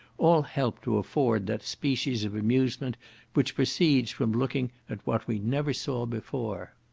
all help to afford that species of amusement which proceeds from looking at what we never saw before.